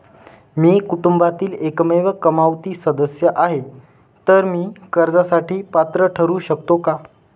मी कुटुंबातील एकमेव कमावती सदस्य आहे, तर मी कर्जासाठी पात्र ठरु शकतो का?